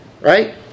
Right